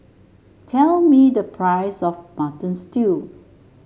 tell me the price of Mutton Stew